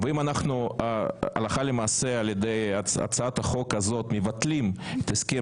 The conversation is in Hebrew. אם אנחנו הלכה למעשה על ידי הצעת החוק הזאת מבטלים את הסכם